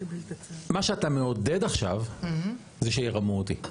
מה שאתה מעודד עכשיו זה שירמו אותי.